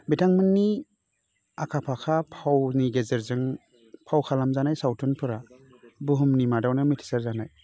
बिथांमोननि आखा फाखा फावनि गेजेरजों फाव खालामजानाय सावथुनफोरा बुहुमनि मादावनो मिथिसार जानाय